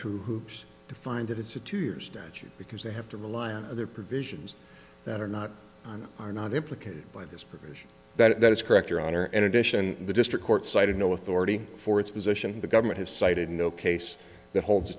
through hoops to find it it's a two year statute because they have to rely on other provisions that are not are not implicated by this provision that is correct your honor in addition the district court cited no authority for its position the government has cited no case that holds a